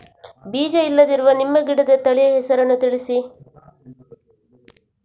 ಬೀಜ ಇಲ್ಲದಿರುವ ನಿಂಬೆ ಗಿಡದ ತಳಿಯ ಹೆಸರನ್ನು ತಿಳಿಸಿ?